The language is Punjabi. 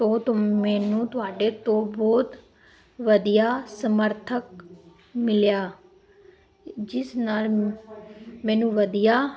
ਤੋਂ ਤੁਹਾਨੂੰ ਮੈਨੂੰ ਤੁਹਾਡੇ ਤੋਂ ਬਹੁਤ ਵਧੀਆ ਸਮਰਥਨ ਮਿਲਿਆ ਜਿਸ ਨਾਲ ਮੈਨੂੰ ਵਧੀਆ